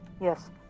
Yes